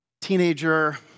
teenager